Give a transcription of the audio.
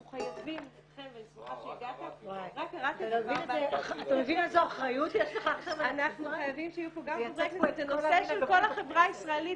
אנחנו חייבים שיהיו פה גם --- זה נושא של כל החברה הישראלית,